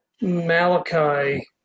Malachi